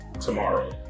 tomorrow